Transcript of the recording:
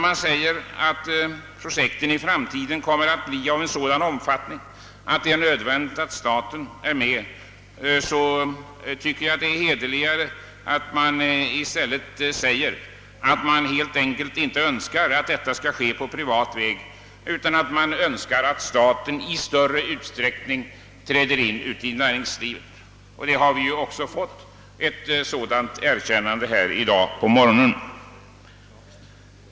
Man hävdar att projekten i framtiden kommer att bli av en sådan omfattning att det är nödvändigt att staten är med, men det vore hederligare att i stället säga att man helt enkelt inte önskar att sådant skall göras på privat väg, utan att staten i större utsträckning bör träda in i näringslivet. Vi har också fått ett sådant erkännande i dag på morgonen.